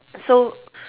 so